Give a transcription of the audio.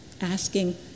asking